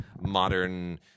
modern